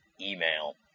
email